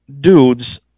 dudes